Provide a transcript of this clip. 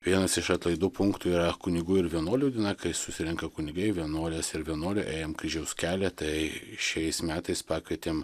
vienas iš atlaidų punktų yra kunigų ir vienuolių diena kai susirenka kunigai vienuolės ir vienuoliai ėjom kryžiaus kelią tai šiais metais pakvietėm